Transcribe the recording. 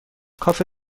کافه